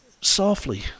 softly